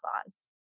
clause